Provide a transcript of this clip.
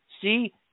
see